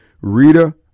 Rita